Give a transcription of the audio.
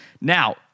Now